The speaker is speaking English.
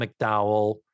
McDowell